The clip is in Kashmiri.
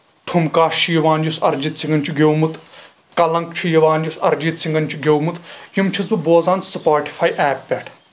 ٹھمکا چھُ یِوان یُس أرِجیت سنگن چھُ گیومُت کلنک چھُ یِوان یُس أرِجیت سِنٛگن چھُ گیومُت یِم چھُس بہٕ بوزان سٕپوٹفاے ایپ پٮ۪ٹھ